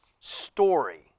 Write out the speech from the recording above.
story